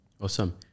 awesome